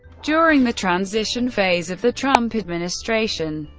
during the transition phase of the trump administration,